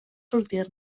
sortir